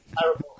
terrible